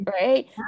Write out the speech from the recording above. right